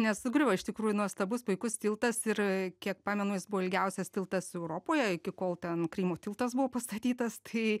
nesugriuvo iš tikrųjų nuostabus puikus tiltas ir kiek pamenu jis buvo ilgiausias tiltas europoje iki kol ten krymo tiltas buvo pastatytas tai